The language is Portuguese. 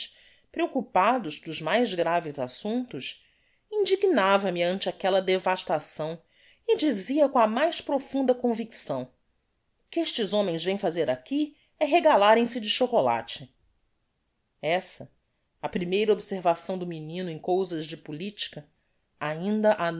preoccupados dos mais graves assumptos indignava me ante aquella devastação e dizia com a mais profunda convicção o que estes homens vem fazer aqui é regalarem se de chocolate essa a primeira observação do menino em cousas de politica ainda a